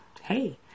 hey